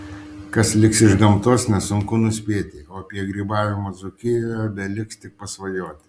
kas liks iš gamtos nesunku nuspėti o apie grybavimą dzūkijoje beliks tik pasvajoti